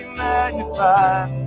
magnified